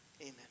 Amen